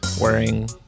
wearing